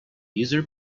user